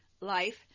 life